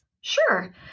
Sure